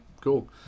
cool